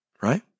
right